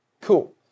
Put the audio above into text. cool